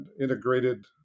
integrated